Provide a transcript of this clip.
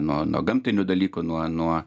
nuo nuo gamtinių dalykų nuo nuo